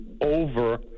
over